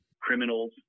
criminals